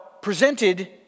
presented